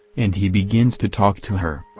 and he begins to talk to her.